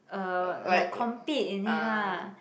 uh like compete in it lah